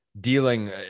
dealing